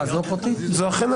לא פרטית?